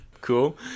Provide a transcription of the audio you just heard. Cool